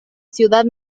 ciudad